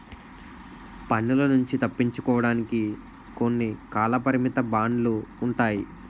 పన్నుల నుంచి తప్పించుకోవడానికి కొన్ని కాలపరిమిత బాండ్లు ఉంటాయి